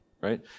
right